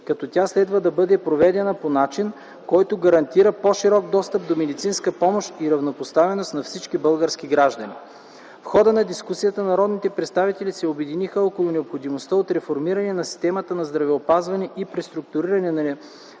като тя следва да бъде проведена по начин, който гарантира по-широк достъп до медицинска помощ и равнопоставеност на всички български граждани. В хода на дискусията народните представители се обединиха около необходимостта от реформиране на системата на здравеопазване и преструктуриране на неефективните